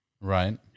Right